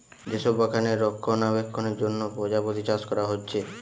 যে সব বাগানে রক্ষণাবেক্ষণের জন্যে প্রজাপতি চাষ কোরা হচ্ছে